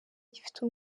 gifite